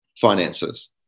finances